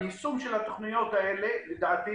היישום של התוכניות האלה, לדעתי,